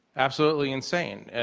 absolutely insane,